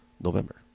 November